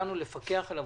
אומר את מה